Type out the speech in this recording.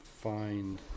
find